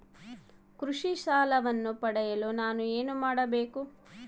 ಕೃಷಿ ಸಾಲವನ್ನು ಪಡೆಯಲು ನಾನು ಏನು ಮಾಡಬೇಕು?